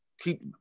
Keep